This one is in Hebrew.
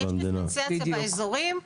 יש דיפרנציאציה באזורים.